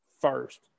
first